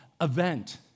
event